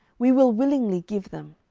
we will willingly give them.